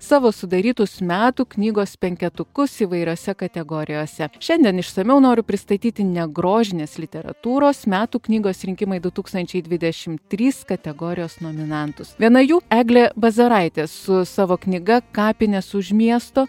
savo sudarytus metų knygos penketukus įvairiose kategorijose šiandien išsamiau noriu pristatyti ne grožinės literatūros metų knygos rinkimai du tūkstančiai dvidešimt trys kategorijos nominantus viena jų eglė bazaraitė su savo knyga kapinės už miesto